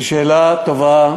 שאלה טובה.